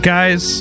Guys